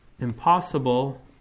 impossible